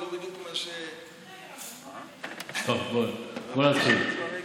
בוא נתחיל.